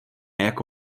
jako